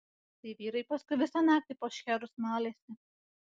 tai vyrai paskui visą naktį po šcherus malėsi